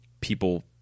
people